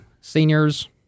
seniors